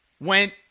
went